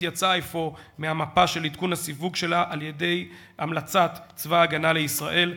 הוצאה אפוא מהמפה בשל עדכון הסיווג שלה על-ידי המלצת צבא הגנה לישראל,